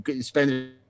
spend